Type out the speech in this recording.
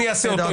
אני אעשה אותה.